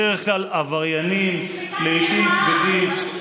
בדרך כלל עבריינים, לעיתים כבדים.